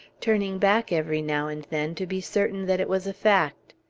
turning back every now and then to be certain that it was a fact.